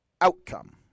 outcome